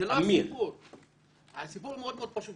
זה לא הסיפור; הסיפור הוא מאוד-מאוד פשוט.